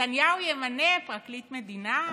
נתניהו ימנה פרקליט מדינה,